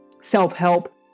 self-help